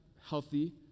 healthy